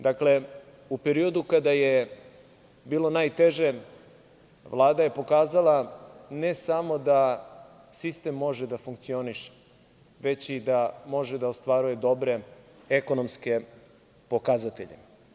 Dakle, u periodu kada je bilo najteže, Vlada je pokazala ne samo da sistem može da funkcioniše, već i da može da ostvaruje dobre ekonomske pokazatelje.